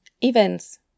Events